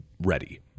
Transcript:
ready